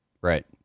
Right